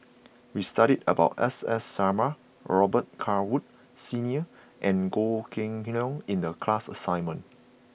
we studied about S S Sarma Robet Carr Woods Senior and Goh Kheng Long in the class assignment